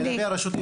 מי זה אצלם?